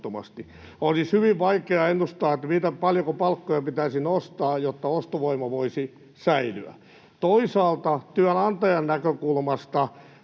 siis hyvin vaikea ennustaa, paljonko palkkoja pitäisi nostaa, jotta ostovoima voisi säilyä. Toisaalta työnantajan näkökulmasta,